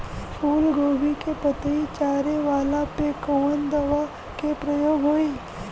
फूलगोभी के पतई चारे वाला पे कवन दवा के प्रयोग होई?